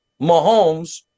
Mahomes